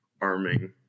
arming